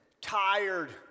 tired